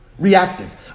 Reactive